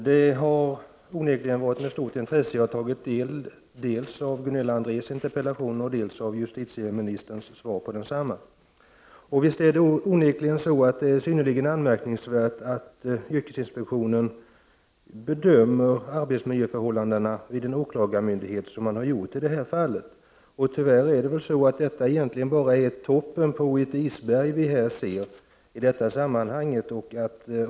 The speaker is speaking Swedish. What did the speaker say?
Herr talman! Jag har med stort intresse tagit del av Gunilla Andrés interpellation och av justitieministerns svar på densamma. Det är synnerligen anmärkningsvärt att man på yrkesinspektionen bedömer arbetsmiljöförhållandena vid en åklagarmyndighet så som man har gjort i det här fallet. Tyvärr är det nog egentligen bara toppen av ett isberg som vi här ser.